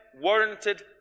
warranted